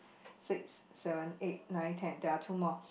six seven eight nine ten there are two more